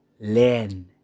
learn